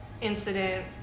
incident